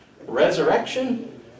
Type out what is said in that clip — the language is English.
resurrection